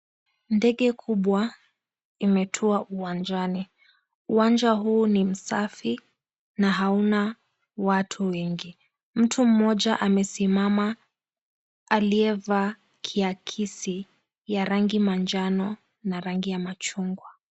Ndege kubwa imetua uwanjani. Uwanja huu ni msafi na hauna watu wengi. Mtu mmoja amesimama aliyevaa kiakisi ya rangi manjano na rangi ya machungwa.